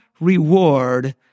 reward